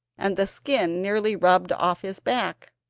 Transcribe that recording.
and the skin nearly rubbed off his back.